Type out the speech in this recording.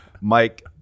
Mike –